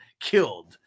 killed